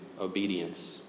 obedience